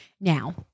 now